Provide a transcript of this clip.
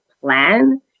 plan